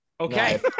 Okay